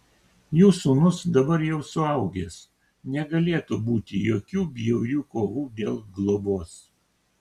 jų sūnus dabar jau suaugęs negalėtų būti jokių bjaurių kovų dėl globos